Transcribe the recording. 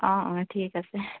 অ অ ঠিক আছে